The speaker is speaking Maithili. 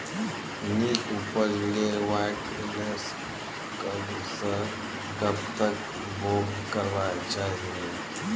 नीक उपज लेवाक लेल कबसअ कब तक बौग करबाक चाही?